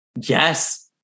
Yes